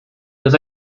des